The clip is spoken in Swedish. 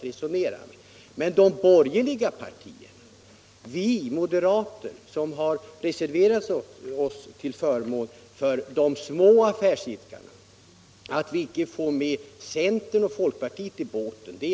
Men jag är besviken över att vi moderater, som reserverat oss till förmån för de små företagen, icke fått med oss centern och folkpartiet.